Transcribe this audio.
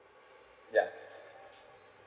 yeah